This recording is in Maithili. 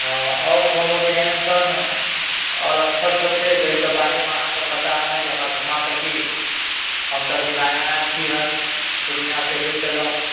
हँ आओर कहलहुँ जे एहन सन आओर स्थल सब छै जाहिके बारेमे अहाँके पता रहय जे हमरा घुमा सकी हम तऽ अभी नया आयल छी हन पूर्णियासँ अयबे कयलहुँ